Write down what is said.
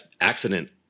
accident